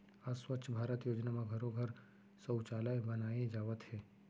आज स्वच्छ भारत योजना म घरो घर सउचालय बनाए जावत हे